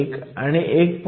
1 आणि 1